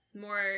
more